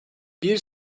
bir